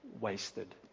wasted